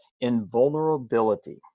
invulnerability